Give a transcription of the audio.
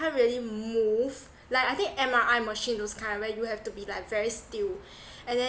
can't really move like I think M_R_I machine those kind where you have to be like very still and then